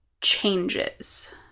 Changes